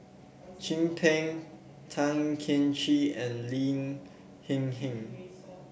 Chin Peng Tan Cheng Kee and Lin Hsin Hsin